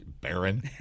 baron